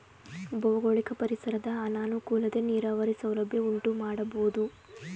ಭೌಗೋಳಿಕ ಪರಿಸರದ ಅನಾನುಕೂಲತೆ ನೀರಾವರಿ ಸೌಲಭ್ಯ ಉಂಟುಮಾಡಬೋದು